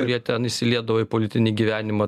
kurie ten įsiliedavo į politinį gyvenimą